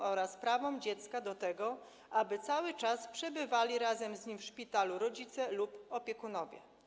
Chodzi o prawo dziecka do tego, aby cały czas przebywali razem z nim w szpitalu rodzice lub opiekunowie.